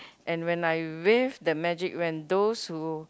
and when I wave the magic wand those who